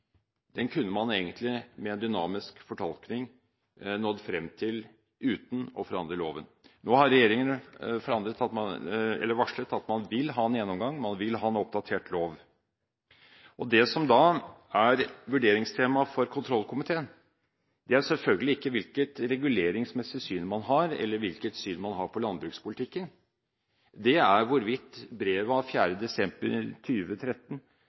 den lovtolkningen som skal til når lovens stive formuleringer skal tilpasses en ny virkelighet og nye erfaringer, nådd frem til uten å forandre loven. Nå har regjeringen varslet at man vil ha en gjennomgang, man vil han en oppdatert lov. Det som da er vurderingstema for kontrollkomiteen, er selvfølgelig ikke hvilket reguleringsmessig syn man har, eller hvilket syn man har på landbrukspolitikken, det er hvorvidt brevet